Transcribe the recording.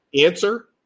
Answer